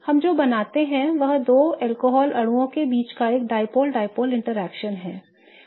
हम जो बनाते हैं वह दो अल्कोहल अणुओं के बीच एक डायपोल डायपोल इंटरेक्शन है